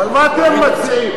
אבל מה אתם מציעים?